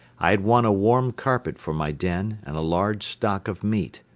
i had won a warm carpet for my den and a large stock of meat.